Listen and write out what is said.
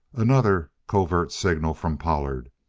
another covert signal from pollard.